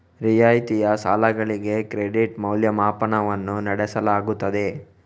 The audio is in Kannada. ರಿಯಾಯಿತಿ ಸಾಲಗಳಿಗೆ ಕ್ರೆಡಿಟ್ ಮೌಲ್ಯಮಾಪನವನ್ನು ನಡೆಸಲಾಗುತ್ತದೆ